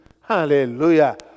Hallelujah